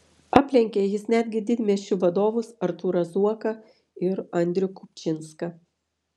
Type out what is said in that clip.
aplenkė jis netgi didmiesčių vadovus artūrą zuoką ir andrių kupčinską